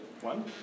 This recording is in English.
one